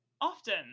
Often